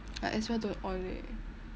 might as well don't on right